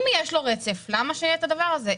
אם יש לו רצף, למה שיהיה את הדבר הזה?